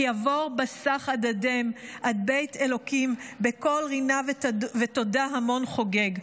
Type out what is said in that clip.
כי אעבר בסך אדדם עד בית אלהים בקול רנה ותודה המון חוגג".